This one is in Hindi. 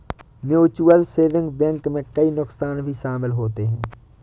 म्यूचुअल सेविंग बैंक में कई नुकसान भी शमिल होते है